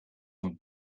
een